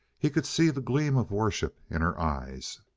he could see the gleam of worship in her eyes.